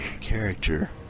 character